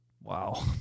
Wow